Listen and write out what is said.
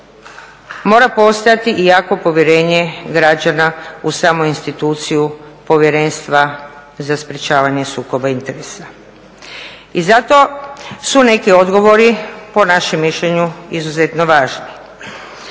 mora postojati i jako povjerenje građana u samu instituciju povjerenstva za sprečavanje sukoba interesa i zato su neki odgovori po našem mišljenju izuzetno važni.